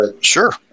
Sure